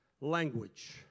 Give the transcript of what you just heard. language